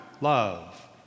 love